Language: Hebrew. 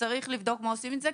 וצריך לבדוק מה עושים עם זה.